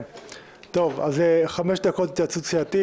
טוב, אז חמש דקות התייעצות סיעתית.